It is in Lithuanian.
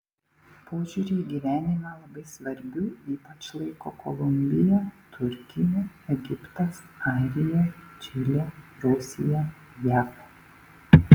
požiūrį į gyvenimą labai svarbiu ypač laiko kolumbija turkija egiptas airija čilė rusija jav